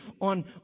on